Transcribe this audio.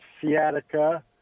sciatica